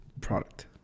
product